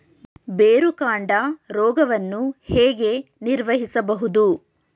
ಬೇರುಕಾಂಡ ರೋಗವನ್ನು ಹೇಗೆ ನಿರ್ವಹಿಸಬಹುದು?